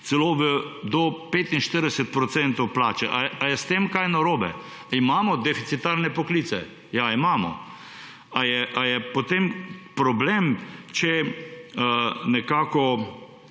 celo do 45 % plače. Ali je s tem kaj narobe? Imamo deficitarne poklice? Ja, imamo. Ali je potem problem, če vnašamo